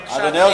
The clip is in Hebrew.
בבקשה, אדוני.